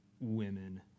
women